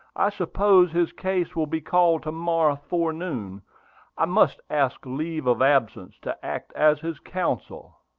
i suppose his case will be called to-morrow forenoon. i must ask leave of absence to act as his counsel.